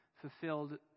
fulfilled